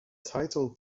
title